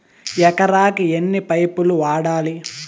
ఎకరాకి ఎన్ని పైపులు వాడాలి?